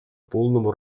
полному